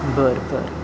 बरं बरं